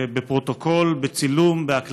בפרוטוקול, בצילום, בהקלטה,